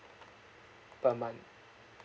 per month